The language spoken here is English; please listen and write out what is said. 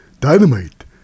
Dynamite